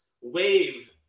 wave